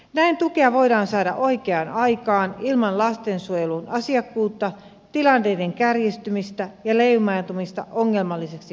näin tukea voidaan saada oikeaan aikaan ilman lastensuojelun asiakkuutta tilanteiden kärjistymistä ja leimautumista ongelmalliseksi perheeksi